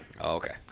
Okay